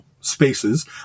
spaces